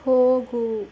ಹೋಗು